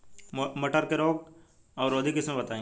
मटर के रोग अवरोधी किस्म बताई?